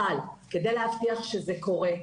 אבל כדי להבטיח שזה קורה,